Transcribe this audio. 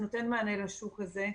שנותן מענה לשוק הזה,